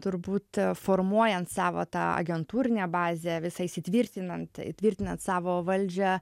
turbūt formuojant savo tą agentūrinę bazę visai įsitvirtinant įtvirtinant savo valdžią